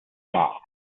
flaw